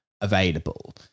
available